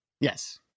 Yes